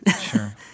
Sure